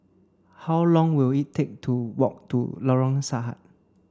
how long will it take to walk to Lorong Sahad